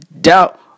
doubt